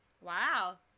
Wow